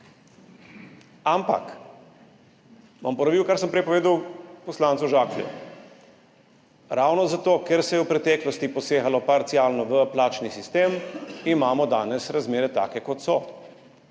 Ampak bom ponovil, kar sem prej povedal poslancu Žaklju: ravno zato ker se je v preteklosti posegalo parcialno v plačni sistem, imamo danes razmere take, kot so,